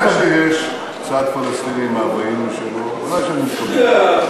זה שיש צד פלסטיני מ-1947 ודאי שאני מקבל.